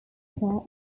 editor